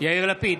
יאיר לפיד,